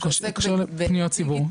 זה קשור לפניות ציבור.